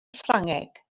ffrangeg